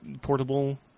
portable